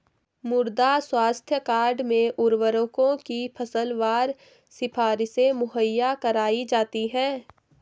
मृदा स्वास्थ्य कार्ड में उर्वरकों की फसलवार सिफारिशें मुहैया कराई जाती है